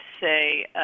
say